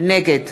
נגד